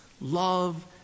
love